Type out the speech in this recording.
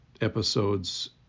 episodes